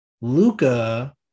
Luca